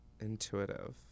Intuitive